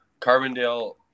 Carbondale